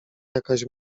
jakaś